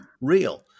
real